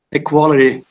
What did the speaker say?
equality